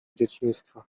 dzieciństwa